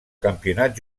campionat